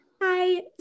Hi